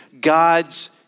God's